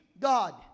God